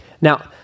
Now